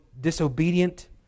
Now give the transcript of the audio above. disobedient